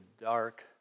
dark